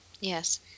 yes